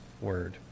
word